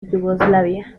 yugoslavia